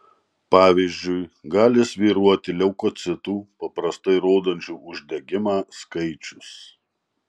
pavyzdžiui gali svyruoti leukocitų paprastai rodančių uždegimą skaičius